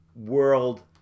world